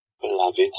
beloved